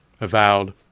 avowed